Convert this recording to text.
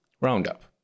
Roundup